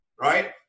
right